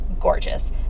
gorgeous